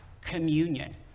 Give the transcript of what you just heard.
communion